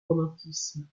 romantisme